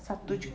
okay